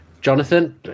Jonathan